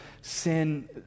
sin